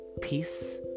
Peace